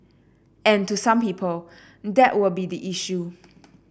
and to some people that would be the issue